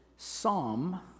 Psalm